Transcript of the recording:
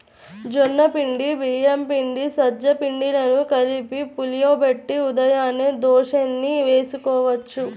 జొన్న పిండి, బియ్యం పిండి, సజ్జ పిండిలను కలిపి పులియబెట్టి ఉదయాన్నే దోశల్ని వేసుకోవచ్చు